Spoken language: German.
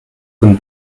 von